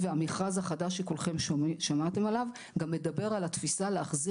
והמכרז החדש שכולכם שמעתם עליו גם מדבר על התפיסה להחזיר